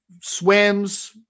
swims